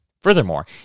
Furthermore